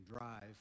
drive